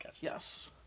Yes